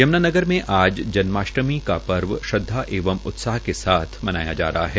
यम्नानगर में आज जन्माष्टमी पर्व श्रद्वा एवं उत्साह के साथ मनाया जा रहा है